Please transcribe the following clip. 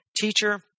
Teacher